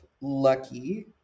lucky